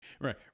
Right